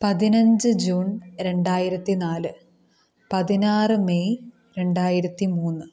പതിനഞ്ച് ജൂൺ രണ്ടായിരത്തിനാല് പതിനാറ് മെയ് രണ്ടായിരത്തിമൂന്ന്